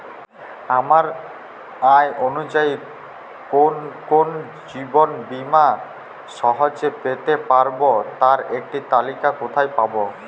আমার আয় অনুযায়ী কোন কোন জীবন বীমা সহজে পেতে পারব তার একটি তালিকা কোথায় পাবো?